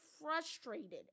frustrated